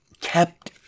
kept